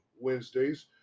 Wednesdays